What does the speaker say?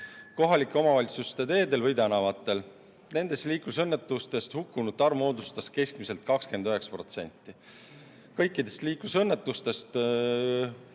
kohalike omavalitsuste teedel või tänavatel. Nendes liiklusõnnetustes hukkunute arv moodustas keskmiselt 29% kõikidest liiklusõnnetustes